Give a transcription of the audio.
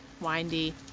windy